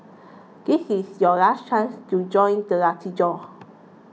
this is your last chance to join the lucky draw